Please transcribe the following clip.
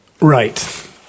Right